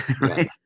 right